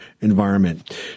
Environment